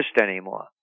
anymore